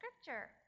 scripture